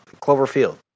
Cloverfield